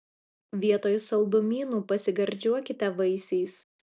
vietoj saldumynų pasigardžiuokite vaisiais